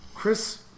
Chris